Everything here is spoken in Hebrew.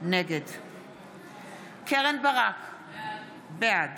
קרן ברק, בעד